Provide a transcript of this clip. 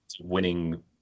winning